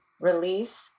release